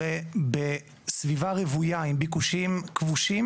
ובסביבה רוויה עם ביקושים כבושים,